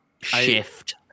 shift